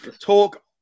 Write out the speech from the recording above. talk